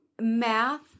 math